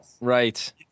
Right